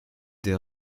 des